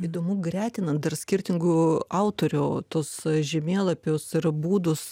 įdomu gretinant dar skirtingų autorių tuos žemėlapius ir būdus